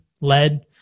lead